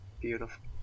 Beautiful